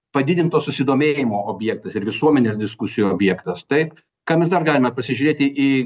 padidinto susidomėjimo objektas ir visuomenės diskusijų objektas taip ką mes dar galime pasižiūrėti į